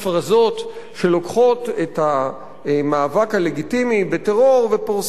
שלוקחים את המאבק הלגיטימי בטרור ופורסים אותו לתחומים